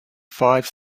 five